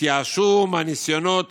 התייאשו מהניסיונות